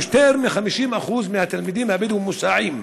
יותר מ-50% מהתלמידים הבדואים מוסעים.